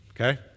okay